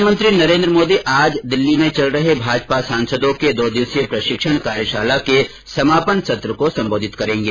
प्रधानमंत्री नरेन्द्र मोदी आज दिल्ली में चल रहे भाजपा सांसदों के दो दिवसीय प्रशिक्षण कार्यशाला के समापन सत्र को सम्बोधित करेगे